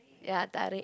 ya tarik